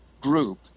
group